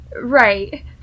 Right